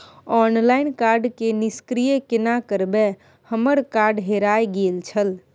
Online card के निष्क्रिय केना करबै हमर कार्ड हेराय गेल छल?